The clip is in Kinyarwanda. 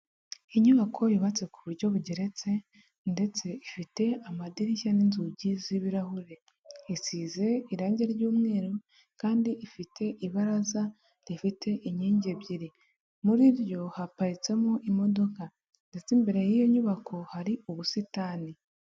Inyubako yubatse ku buryo bugeretse, ndetse ifite amadirishya n'inzugi z'ibirahure. Isize irange ry'umweru, kandi ifite ibaraza rifite inkingi ebyiri. Muri ryo haparitsemo imodoka. Ndetse imbere y'iyo nyubako hari ubusitani.